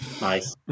nice